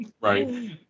Right